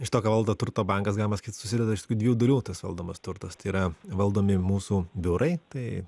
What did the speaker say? iš to ką valdo turto bankas galima sakyt susideda iš tokių dviejų dalių tas valdomas turtas tai yra valdomi mūsų biurai tai